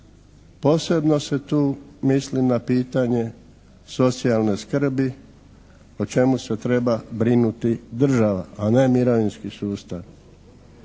Posebno se tu misli na pitanje socijalne skrbi o čemu se treba brinuti država, a ne mirovinski sustav.